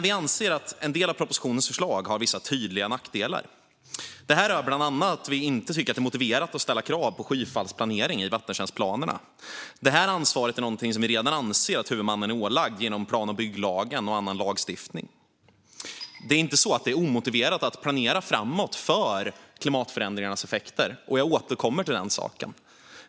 Vi anser dock att en del av propositionens förslag har vissa tydliga nackdelar. Det rör bland annat att vi inte tycker att det är motiverat att ställa krav på skyfallsplanering i vattentjänstplanerna. Detta ansvar anser vi att huvudmannen redan är ålagd genom plan och bygglagen och annan lagstiftning. Det är inte omotiverat att planera framåt för klimatförändringarnas effekter. Jag återkommer till den saken.